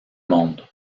monde